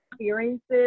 experiences